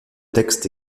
texte